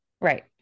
right